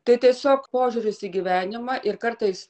tai tiesiog požiūris į gyvenimą ir kartais